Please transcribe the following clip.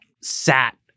sat